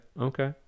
Okay